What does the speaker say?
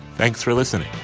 thanks for listening.